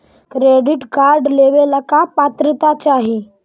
Credit card लेवेला का पात्रता चाही?